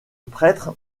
prêtre